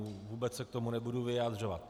Vůbec se k tomu nebudu vyjadřovat.